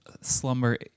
slumber